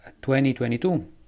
2022